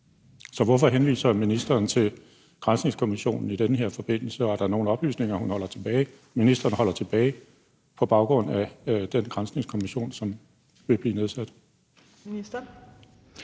Så hvorfor henviser ministeren til granskningskommissionen i den her forbindelse, og er der nogle oplysninger, ministeren holder tilbage på baggrund af den granskningskommission, som vil blive nedsat?